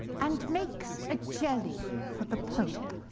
and makes a jelly for the pope.